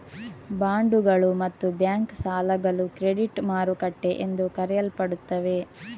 ಬಾಂಡುಗಳು ಮತ್ತು ಬ್ಯಾಂಕ್ ಸಾಲಗಳು ಕ್ರೆಡಿಟ್ ಮಾರುಕಟ್ಟೆ ಎಂದು ಕರೆಯಲ್ಪಡುತ್ತವೆ